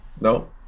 No